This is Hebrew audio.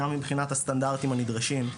גם מבחינת הסטנדרטים הנדרשים,